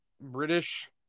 British